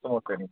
okay